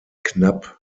knapp